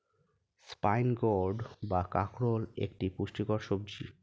spine gourd বা কাঁকরোল একটি পুষ্টিকর সবজি